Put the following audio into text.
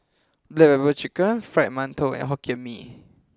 Black Pepper Chicken Fried Mantou and Hokkien Mee